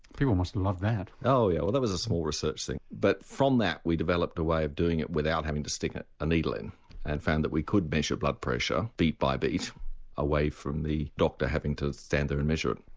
people must have loved that. oh yeah well that was a small research thing but from that we developed a way of doing it without having to stick a needle in and found that we could measure blood pressure beat by beat away from the doctor having to stand there and measure it.